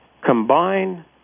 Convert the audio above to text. combine